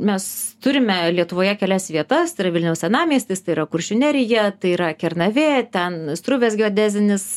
mes turime lietuvoje kelias vietas vilniaus senamiestis kuršių nerija tai yra kernavė ten struvės geodezinis